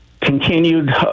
Continued